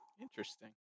Interesting